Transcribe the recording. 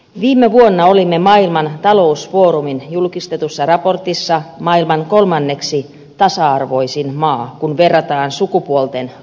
viime vuonna olimme maailman talousfoorumin julkistetussa raportissa maailman kolmanneksi tasa arvoisin maa kun verrataan sukupuolten asemaa